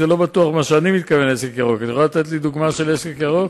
ואני רוצה להודות לך על העבודה שעשית במשרדך.